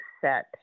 set